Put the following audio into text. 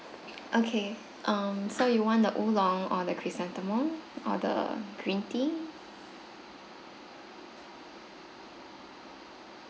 okay um so you want the oolong or the chrysanthemum or the green tea